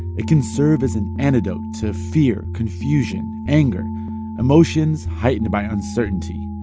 it can serve as an antidote to fear, confusion, anger emotions heightened by uncertainty.